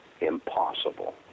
impossible